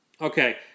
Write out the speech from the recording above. okay